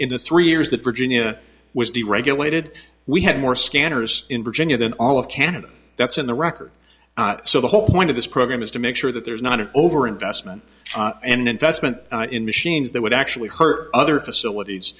in the three years that virginia was deregulated we had more scanners in virginia than all of canada that's in the record so the whole point of this program is to make sure that there's not an over investment and investment in machines that would actually hurt other facilities